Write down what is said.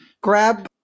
grab